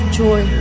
joy